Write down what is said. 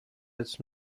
its